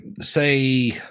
say